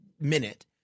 minute